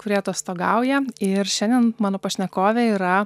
kuri atostogauja ir šiandien mano pašnekovė yra